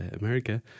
America